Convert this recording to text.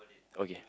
okay